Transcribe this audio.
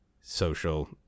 social